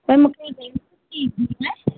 पर मूंखे